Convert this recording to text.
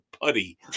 putty